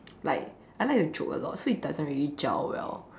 like I like to joke a lot so it doesn't really gel well